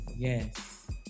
Yes